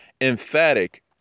emphatic